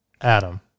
Adam